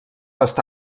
està